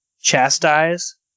chastise